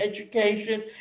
education